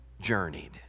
journeyed